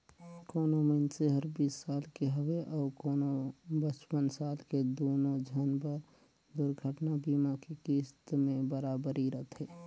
कोनो मइनसे हर बीस साल के हवे अऊ कोनो पचपन साल के दुनो झन बर दुरघटना बीमा के किस्त में बराबरी रथें